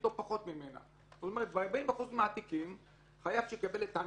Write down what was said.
האם יש לו סיכוי פעם בחיים לגמור את ההלוואה?